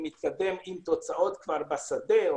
עם תוצאות כבר בשדה.